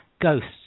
ghosts